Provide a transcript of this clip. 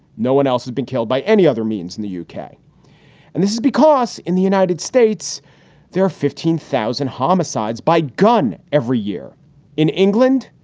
no one else has been killed by any other means in the yeah uk. and this is because in the united states there are fifteen thousand homicides by gun every year in england.